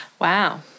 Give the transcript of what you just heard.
Wow